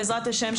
בעזרת השם,